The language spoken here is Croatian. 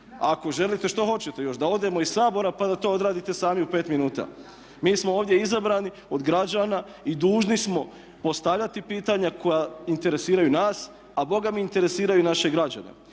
Ako želite, što hoćete još da odemo iz Sabora pa da to odradite sami u pet minuta? Mi smo ovdje izabrani od građana i dužni smo postavljati pitanja koja interesiraju nas a bogami interesiraju i naše građane.